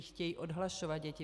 Chtějí odhlašovat děti.